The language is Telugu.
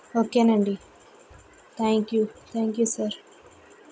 ఓకే అండి thank you thank you sir